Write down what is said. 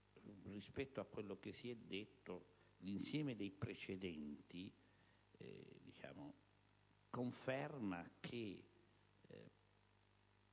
rispetto a quel che si è detto, l'insieme dei precedenti conferma che,